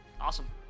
Awesome